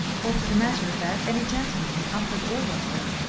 or for the matter of that any gentleman, in ufford or rufford,